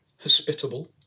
hospitable